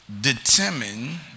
determine